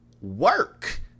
work